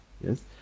Yes